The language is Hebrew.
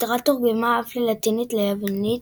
הסדרה תורגמה אף ללטינית, ליוונית